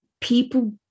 people